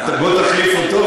בוא תחליף אותו,